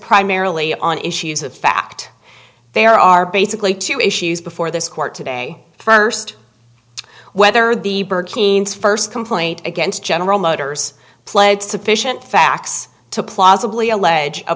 primarily on issues of fact there are basically two issues before this court today first whether the bernstein's first complaint against general motors pled sufficient facts to pla